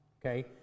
Okay